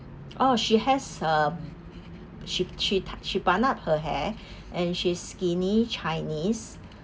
oh she has a she she tie~ she bun up her hair and she's skinny chinese